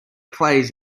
plays